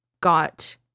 got